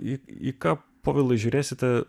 į ką povilai žiūrėsite